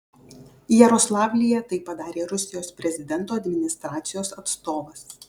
jaroslavlyje tai padarė rusijos prezidento administracijos atstovas